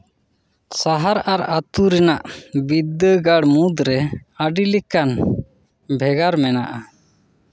ᱥᱟᱦᱟᱨ ᱟᱨ ᱟᱹᱛᱩ ᱨᱮᱱᱟᱜ ᱵᱤᱫᱽᱫᱟᱹᱜᱟᱲ ᱢᱩᱫᱽᱨᱮ ᱟᱹᱰᱤ ᱞᱮᱠᱟᱱ ᱵᱷᱮᱜᱟᱨ ᱢᱮᱱᱟᱜᱼᱟ